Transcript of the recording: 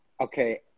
okay